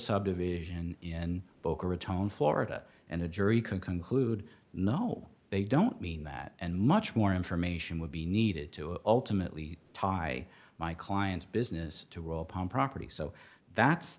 subdivision in boca raton florida and the jury can conclude no they don't mean that and much more information would be needed to ultimately talk i my client's business to roll palm property so that's